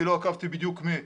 כי לא עקבתי בדיוק מי,